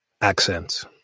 accents